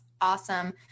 awesome